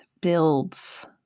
builds